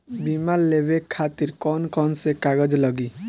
बीमा लेवे खातिर कौन कौन से कागज लगी?